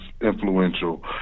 influential